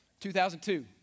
2002